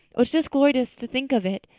oh, it's just glorious to think of it.